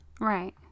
Right